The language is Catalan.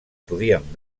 podien